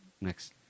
next